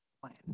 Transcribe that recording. plan